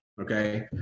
okay